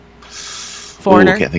Foreigner